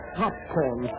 popcorn